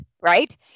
right